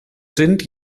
sind